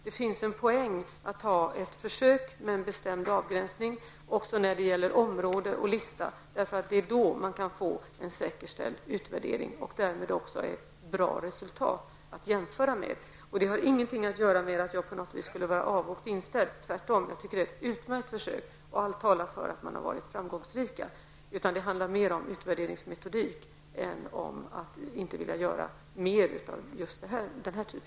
Det finns en poäng med att ha ett försök med en bestämd avgränsning också när det gäller område och lista. Det är då det går att göra en säker utvärdering och därmed få ett bra resultat att jämföra med. Det har ingenting att göra med att jag skulle vara avogt inställd. Tvärtom, jag tycker att försöket är utmärkt. Allt talar för att det har varit framgångsrikt. Det handlar mer om metoder för utvärdering än om att inte vilja göra fler försök av denna typ.